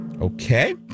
Okay